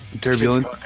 Turbulence